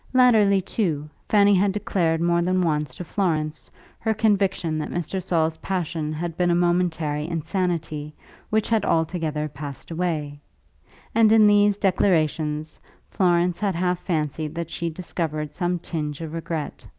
latterly, too, fanny had declared more than once to florence her conviction that mr. saul's passion had been a momentary insanity which had altogether passed away and in these declarations florence had half fancied that she discovered some tinge of regret.